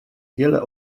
wiele